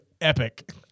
epic